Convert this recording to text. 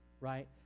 right